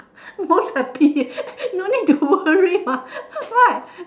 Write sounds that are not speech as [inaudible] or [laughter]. [laughs] most of thing no need to worry what ah right